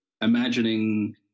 imagining